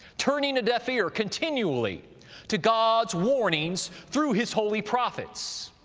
turning a deaf ear continually to god's warnings through his holy prophets,